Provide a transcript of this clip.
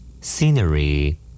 Scenery